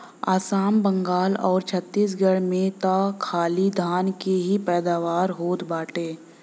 आसाम, बंगाल आउर छतीसगढ़ में त खाली धान के ही पैदावार होत बाटे